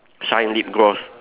shine lip gloss